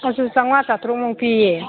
ꯃꯗꯨ ꯆꯧꯉ꯭ꯋꯥ ꯆꯥꯇ꯭ꯔꯨꯛꯃꯨꯛ ꯄꯤꯌꯦ